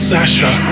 Sasha